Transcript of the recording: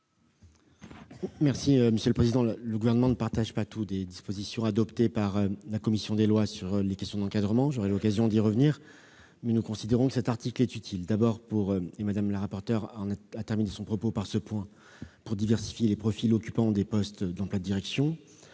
l'avis du Gouvernement ? Le Gouvernement ne partage pas l'ensemble des dispositions adoptées par la commission des lois sur les questions d'encadrement- j'aurai l'occasion d'y revenir -, mais nous considérons que l'article 7 est utile. D'abord, et Mme la rapporteur a terminé son propos par ce point, il permettra de diversifier les profils occupant des emplois de direction.